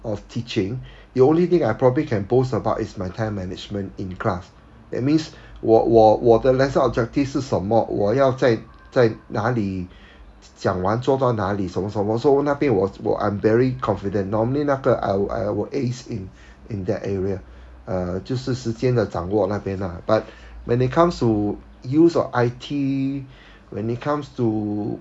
the only thing I probably can boast about is my time management in class that means 我我我的 lesson objective 是什么我要在在哪里讲完做到哪里什么什么 so 那边我我 I'm very confident normally 那个 I will ace in in that area uh 就是时间的掌握那边 ah but when it comes to use of I_T when it comes to